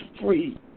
free